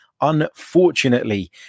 unfortunately